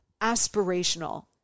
aspirational